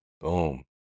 Boom